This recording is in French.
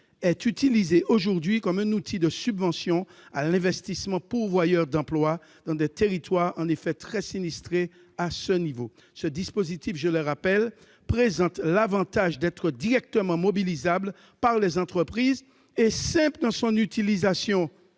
est utilisée aujourd'hui comme un outil de subvention à l'investissement pourvoyeur d'emplois, dans des territoires en effet très sinistrés à ce niveau. Ce dispositif, je le rappelle, présente l'avantage d'être directement mobilisable par les entreprises et simple dans son utilisation.